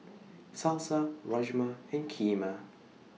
Salsa Rajma and Kheema